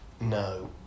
No